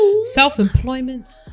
Self-employment